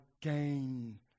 gain